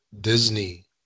disney